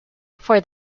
for